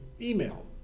email